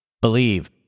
Believe